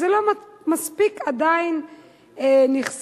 זה לא נחשף עדיין מספיק,